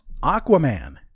Aquaman